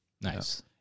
Nice